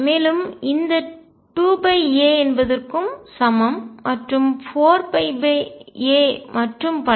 மேலும் இந்த 2 a என்பதுக்கு சமம் மற்றும் 4a மற்றும் பல